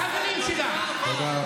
תודה רבה.